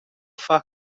far